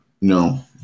No